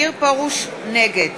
נגד